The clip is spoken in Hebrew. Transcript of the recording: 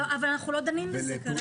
אבל אנחנו כרגע לא דנים במציאות.